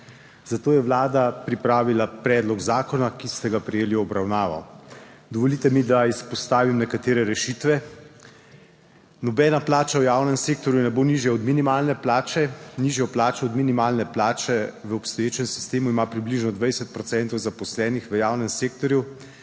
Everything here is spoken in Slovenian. Zato je Vlada pripravila predlog zakona, ki ste ga prejeli v obravnavo. Dovolite mi, da izpostavim nekatere rešitve. Nobena plača v javnem sektorju ne bo nižja od minimalne plače. Nižjo plačo od minimalne plače v obstoječem sistemu ima približno 20 procentov zaposlenih v javnem sektorju,